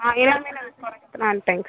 ஆ எல்லாமே நாங்கள் குறைக்கிறோம் தேங்க்ஸ்